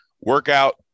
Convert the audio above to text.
workout